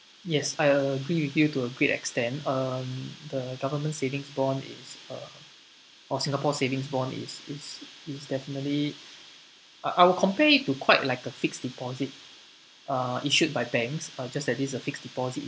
yes I agree with you to a great extent uh the government savings bond yields uh or singapore savings bond is is it's definitely I I would compare it to quite like a fixed deposit uh issued by banks uh just that this is a fixed deposit